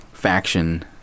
faction